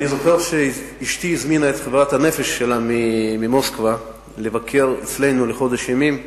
אני זוכר שאשתי הזמינה את חברת הנפש שלה ממוסקבה לבקר אצלנו לחודש ימים,